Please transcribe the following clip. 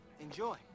Enjoy